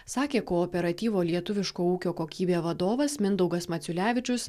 sakė kooperatyvo lietuviško ūkio kokybė vadovas mindaugas maciulevičius